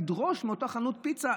ידרוש מאותה חנות פיצה.